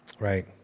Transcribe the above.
Right